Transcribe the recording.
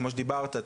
כמו שדיברת,